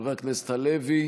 חבר הכנסת הלוי,